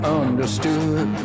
understood